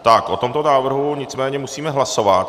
Tak o tomto návrhu nicméně musíme hlasovat.